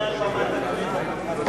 הוא התנגד מעל במת הכנסת,